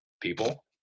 people